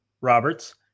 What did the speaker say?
Roberts